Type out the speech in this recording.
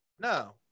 No